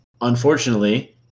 unfortunately